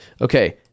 Okay